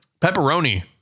pepperoni